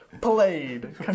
played